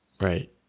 Right